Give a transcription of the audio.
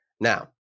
Now